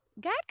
God